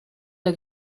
zur